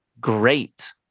Great